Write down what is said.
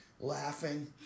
Laughing